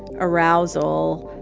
arousal,